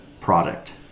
product